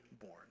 born